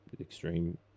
extreme